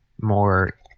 more